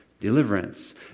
deliverance